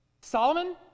Solomon